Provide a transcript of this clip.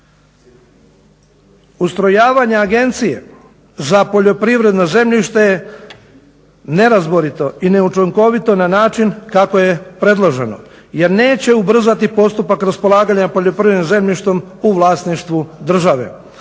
Ustrojavanje Agencije za poljoprivredno zemljište je nerazborito i neučinkovito na način kako je predloženo jer neće ubrzati postupak raspolaganja poljoprivrednim zemljištem u vlasništvu države.